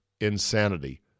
insanity